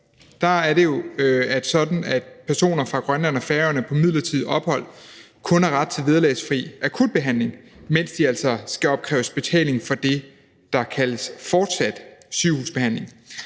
dag, er det sådan, at personer fra Grønland og Færøerne på midlertidigt ophold kun har ret til vederlagsfri akutbehandling, mens de altså skal opkræves betaling for det, der kaldes fortsat sygehusbehandling.